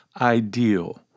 ideal